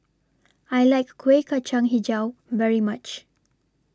I like Kuih Kacang Hijau very much